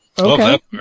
Okay